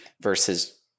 versus